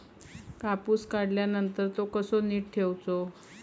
कापूस काढल्यानंतर तो कसो नीट ठेवूचो?